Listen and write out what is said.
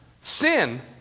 sin